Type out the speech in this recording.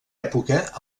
època